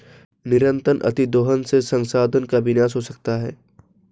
निरंतर अतिदोहन से संसाधन का विनाश हो सकता है